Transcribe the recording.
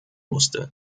musste